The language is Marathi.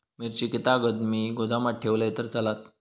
मिरची कीततागत मी गोदामात ठेवलंय तर चालात?